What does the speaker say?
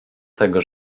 tego